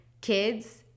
kids